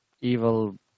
evil